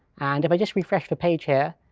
and if i just refresh the page here,